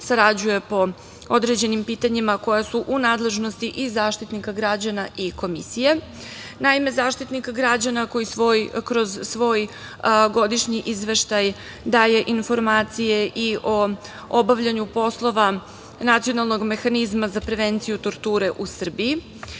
sarađuje po određenim pitanjima koja su u nadležnosti i Zaštitnika građana i Komisije. Naime, Zaštitnika građana kroz svoj godišnji izveštaj daje informacije i o obavljanju poslova nacionalnog mehanizma za prevenciju torture u Srbiji.